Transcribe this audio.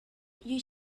you